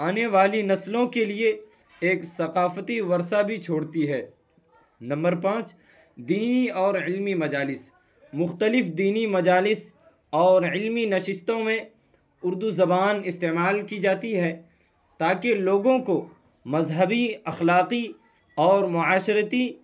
آنے والی نسلوں کے لیے ایک ثقافتی ورثہ بھی چھوڑتی ہے نمبر پانچ دینی اور علمی مجالس مختلف دینی مجالس اور علمی نشستوں میں اردو زبان استعمال کی جاتی ہے تاکہ لوگوں کو مذہبی اخلاقی اور معاشرتی